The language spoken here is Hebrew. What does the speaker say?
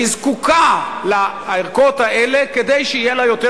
והיא זקוקה לערכות האלה כדי שיהיה לה יותר